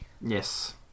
Yes